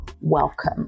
welcome